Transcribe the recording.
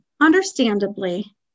understandably